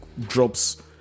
drops